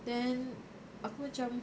then aku macam